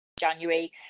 january